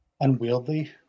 unwieldy